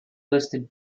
listed